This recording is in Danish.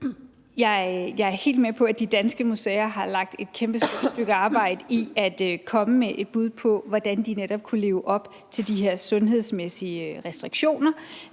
Jeg er helt med på, at de danske museer har lagt et kæmpestort stykke arbejde i at komme med et bud på, hvordan de netop kunne leve op til de her sundhedsmæssige restriktioner